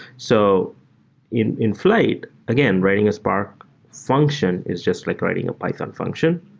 so in in flyte, again, writing a spark function is just like writing a python function.